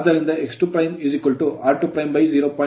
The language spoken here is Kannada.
ಆದ್ದರಿಂದ x2 r20